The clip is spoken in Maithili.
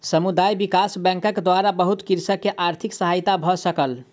समुदाय विकास बैंकक द्वारा बहुत कृषक के आर्थिक सहायता भ सकल